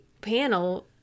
panel